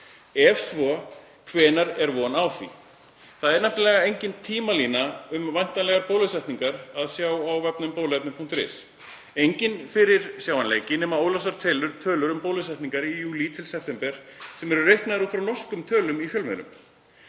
Ef svo er, hvenær er von á því? Það er nefnilega enga tímalínu um væntanlegar bólusetningar að sjá á vefnum bóluefni.is. Enginn fyrirsjáanleiki nema óljósar tölur um bólusetningar í júlí til september sem eru reiknaðar út frá norskum tölum í fjölmiðlum.